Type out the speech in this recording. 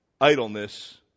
idleness